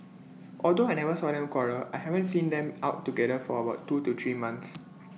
although I never saw them quarrel I haven't seen them out together for about two to three months